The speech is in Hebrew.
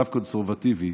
רב קונסרבטיבי,